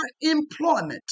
employment